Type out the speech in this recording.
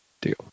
deal